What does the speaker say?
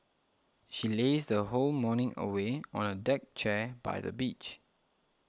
she lazed her whole morning away on a deck chair by the beach